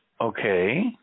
Okay